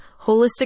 holistic